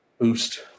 boost